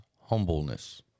humbleness